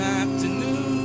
afternoon